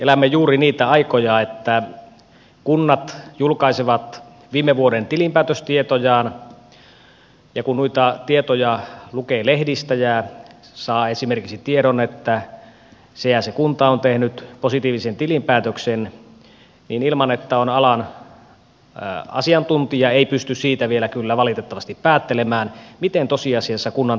elämme juuri niitä aikoja kun kunnat julkaisevat viime vuoden tilinpäätöstietojaan ja kun noita tietoja lukee lehdistä ja saa esimerkiksi tiedon että se ja se kunta on tehnyt positiivisen tilinpäätöksen niin ilman että on alan asiantuntija ei pysty siitä vielä kyllä valitettavasti päättelemään miten tosiasiassa kunnan taloudella menee